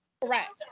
Correct